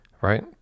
right